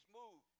move